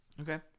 okay